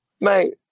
mate